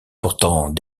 pourtant